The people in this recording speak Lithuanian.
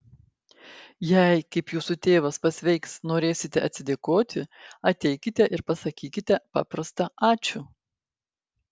jei kaip jūsų tėvas pasveiks norėsite atsidėkoti ateikite ir pasakykite paprastą ačiū